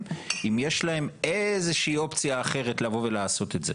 אם יש להם איזה שהיא אופציה אחרת לעשות את זה.